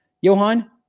Johan